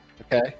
Okay